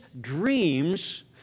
dreams